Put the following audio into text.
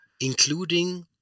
including